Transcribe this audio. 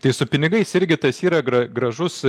tai su pinigais irgi tas yra gra gražus